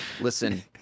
Listen